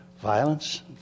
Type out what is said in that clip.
Violence